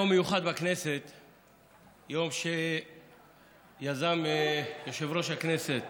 יום שיזם יושב-ראש הכנסת